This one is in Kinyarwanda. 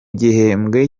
gihembwe